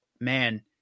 Man